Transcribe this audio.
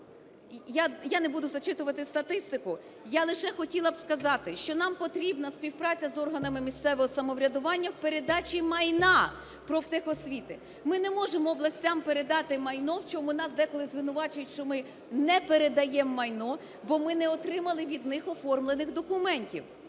Я не буду зачитувати статистику. Я лише хотіла б сказати, що нам потрібна співпраця з органами місцевого самоврядування в передачі майна профтехосвіти. Ми не можемо властям передати майно, в чому нас деколи звинувачують, що ми не передаємо майно, бо ми не отримали від них оформлених документів.